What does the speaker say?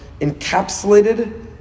encapsulated